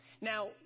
Now